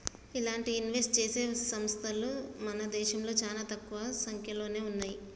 ఇలాంటి ఇన్వెస్ట్ చేసే సంస్తలు మన దేశంలో చానా తక్కువ సంక్యలోనే ఉన్నయ్యి